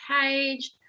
page